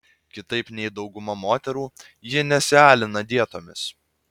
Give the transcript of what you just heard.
kitaip nei dauguma moterų ji nesialina dietomis